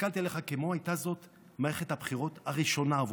והסתכלתי עליך כמו הייתה זו מערכת הבחירות הראשונה עבורך.